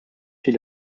fit